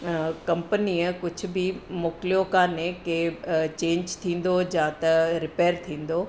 कंपनीअ कुझु बि मोकिलियो कान्हे के चेंज थींदो या त रिपेर थींदो